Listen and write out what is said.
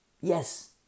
yes